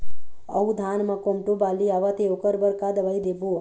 अऊ धान म कोमटो बाली आवत हे ओकर बर का दवई देबो?